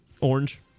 Orange